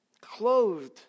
Clothed